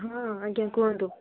ହଁ ଆଜ୍ଞା କୁହନ୍ତୁ